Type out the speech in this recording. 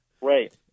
Right